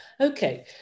okay